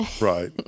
right